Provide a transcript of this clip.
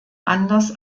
anders